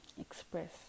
express